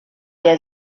der